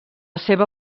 seva